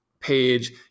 page